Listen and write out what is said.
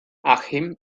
achim